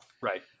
right